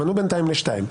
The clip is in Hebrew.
הם ענו בינתיים לשתיים.